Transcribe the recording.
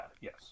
yes